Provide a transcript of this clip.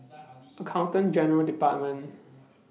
Accountant General's department